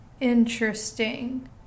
Interesting